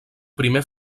primer